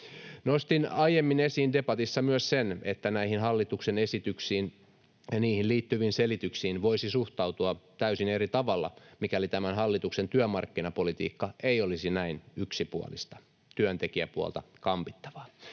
Nostin aiemmin esiin debatissa myös sen, että näihin hallituksen esityksiin ja niihin liittyviin selityksiin voisi suhtautua täysin eri tavalla, mikäli tämän hallituksen työmarkkinapolitiikka ei olisi näin yksipuolista, työntekijäpuolta kampittavaa.